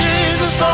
Jesus